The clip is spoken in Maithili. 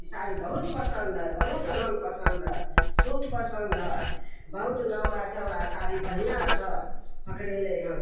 ई साड़ी बहुत पसन्द हइ बहुत रङ्ग पसन्द हइ सूत पसन्द हइ बहुत लम्बा चौड़ा साड़ी बढ़िआँ छै पकड़ेलै हन